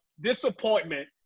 disappointment